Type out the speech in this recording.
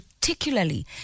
particularly